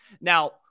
Now